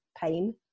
pain